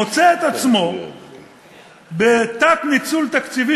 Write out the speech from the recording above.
מוצא את עצמו בתת-ניצול תקציבי,